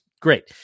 great